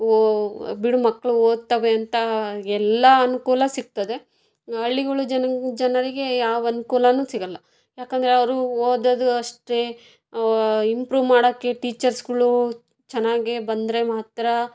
ಬಿಡು ಮಕ್ಕಳು ಓದ್ತವೆ ಅಂತ ಎಲ್ಲ ಅನುಕೂಲ ಸಿಗ್ತದೆ ಹಳ್ಳಿಗಳು ಜನ ಜನರಿಗೆ ಯಾವ ಅನುಕೂಲನೂ ಸಿಗಲ್ಲ ಏಕೆಂದ್ರೆ ಅವರು ಓದೋದು ಅಷ್ಟೇ ಇಂಪ್ರೂವ್ ಮಾಡೋಕೆ ಟೀಚರ್ಸ್ಗಳು ಚೆನ್ನಾಗಿ ಬಂದರೆ ಮಾತ್ರ